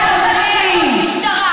את יודעת מה זה המלצות משטרה,